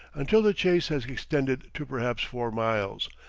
until the chase has extended to perhaps four miles,